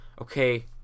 okay